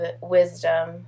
wisdom